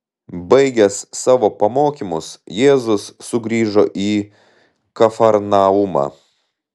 baigęs savo pamokymus jėzus sugrįžo į kafarnaumą